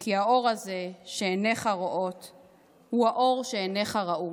כי האור הזה שעיניך רואות / הוא האור שעיניך ראו.